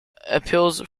appeals